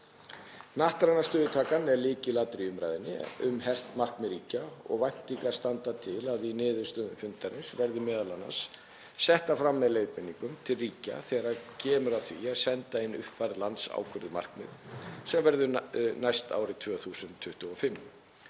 Hnattræna stöðutakan er lykilatriði í umræðunni um hert markmið ríkja og væntingar standa til að niðurstöður fundarins verði m.a. settar fram með leiðbeiningum til ríkja þegar kemur að því að senda inn uppfærð landsákvörðuð markmið sem verður næst árið 2025.